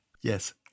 Yes